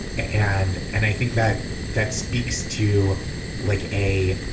and and i think that that speaks to like a